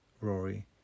Rory